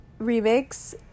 remix